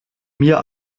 mir